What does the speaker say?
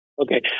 Okay